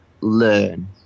learn